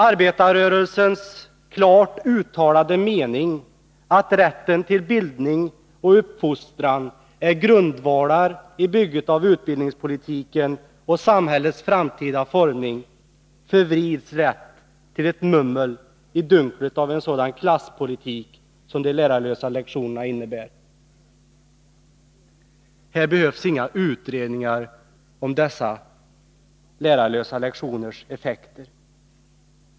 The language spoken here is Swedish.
Arbetarrörelsens klart uttalade mening, att rätten till bildning och uppfostran är grundvalen för uppbyggandet av utbildningspolitiken och för samhällets framtida utformning, förvrids lätt i ett mummel i dunklet av en sådan klasspolitik som de lärarlösa lektionerna innebär. Här behövs inga utredningar om de lärarlösa lektionernas effekter!